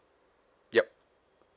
yup